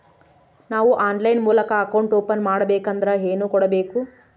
ನಾವು ಆನ್ಲೈನ್ ಮೂಲಕ account open ಮಾಡಬೇಂಕದ್ರ ಏನು ಕೊಡಬೇಕು?